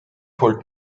holt